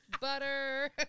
butter